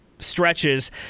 stretches